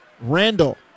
Randall